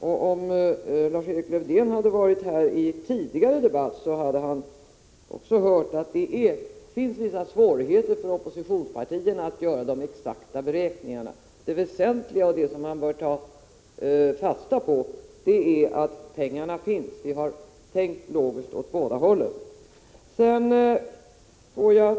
Om Lars-Erik Lövdén hade lyssnat till föregående debatt hade han hört att det finns vissa svårigheter för oppositionspartierna att göra de exakta beräkningarna. Det väsentliga och det man bör ta fasta på är att pengarna finns. Vi har tänkt logiskt åt båda hållen.